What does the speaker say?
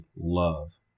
love